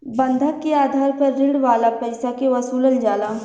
बंधक के आधार पर ऋण वाला पईसा के वसूलल जाला